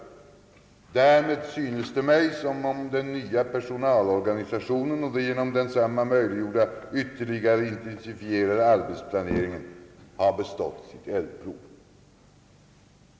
Därmed synes det mig som om den nya personalorganisationen och den genom densamma möjliggjorda ytterligare intensifierade arbetsplaneringen har bestått sitt eldprov.